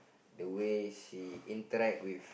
the way she interact with